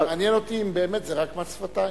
מעניין אותי אם זה רק מס שפתיים,